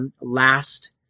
last